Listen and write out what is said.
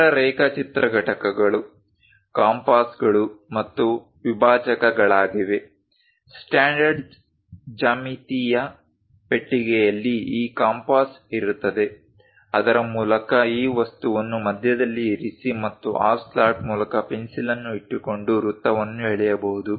ಇತರ ರೇಖಾಚಿತ್ರ ಘಟಕಗಳು ಕಾಂಪಾಸ್ಗಳು ಮತ್ತು ವಿಭಾಜಕಗಳಾಗಿವೆ ಸ್ಟ್ಯಾಂಡರ್ಡ್ ಜ್ಯಾಮಿತೀಯ ಪೆಟ್ಟಿಗೆಯಲ್ಲಿ ಈ ಕಂಪಾಸ್ ಇರುತ್ತದೆ ಅದರ ಮೂಲಕ ಈ ವಸ್ತುವನ್ನು ಮಧ್ಯದಲ್ಲಿ ಇರಿಸಿ ಮತ್ತು ಆ ಸ್ಲಾಟ್ ಮೂಲಕ ಪೆನ್ಸಿಲ್ ಅನ್ನು ಇಟ್ಟುಕೊಂಡು ವೃತ್ತವನ್ನು ಎಳೆಯಬಹುದು